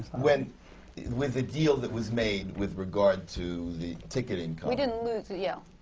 with with the deal that was made with regard to the ticket income. we didn't lose, yeah.